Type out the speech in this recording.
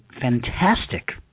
fantastic